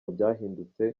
byahindutse